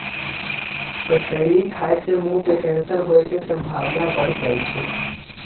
कसेली खाय से मुंह के कैंसर होय के संभावना बढ़ जाइ छइ